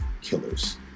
killers